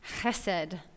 Chesed